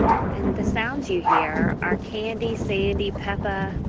um and the sounds you hear are candy, sandy, peppa,